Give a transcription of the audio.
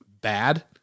bad